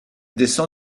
descend